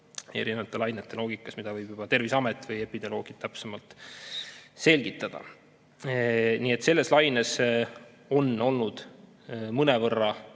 erinevate lainete loogikast, mida oskavad Terviseamet ja epidemioloogid täpsemalt selgitada. Nii et selles laines on olnud mõnevõrra